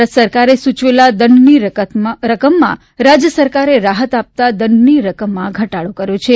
ભારત સરકારે સૂચવેલા દંડની રકમમાં રાજ્યસરકારે રાહત આપતા દંડની રકમમાં ઘટાડો કર્યો છે